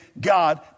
God